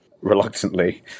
reluctantly